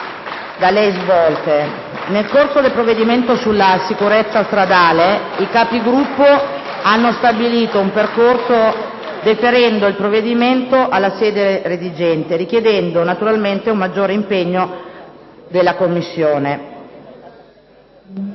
In merito al provvedimento sulla sicurezza stradale i Capigruppo hanno stabilito un percorso, deferendo il provvedimento alla sede redigente, richiedendo naturalmente un maggiore impegno della Commissione.